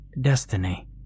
Destiny